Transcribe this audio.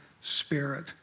spirit